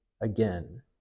again